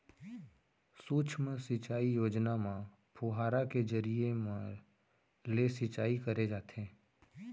सुक्ष्म सिंचई योजना म फुहारा के जरिए म ले सिंचई करे जाथे